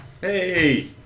Hey